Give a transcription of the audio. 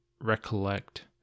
recollect